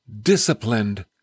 disciplined